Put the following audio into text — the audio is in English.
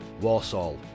Warsaw